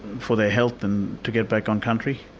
for their health, and to get back on country.